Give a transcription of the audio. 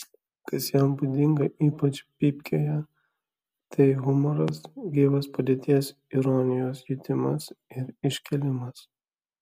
kas jam būdinga ypač pypkėje tai humoras gyvas padėties ironijos jutimas ir iškėlimas